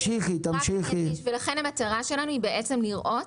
לכן המטרה שלנו היא לראות,